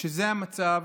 כשזה המצב,